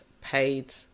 paid